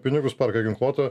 pinigus perka ginkluotę